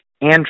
Andrew